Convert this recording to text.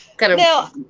Now